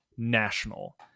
national